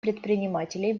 предпринимателей